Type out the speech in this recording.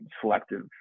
selective